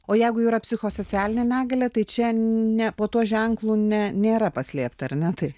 o jeigu jau yra psichosocialinė negalia tai čia ne po tuo ženklu ne nėra paslėpta ar ne tai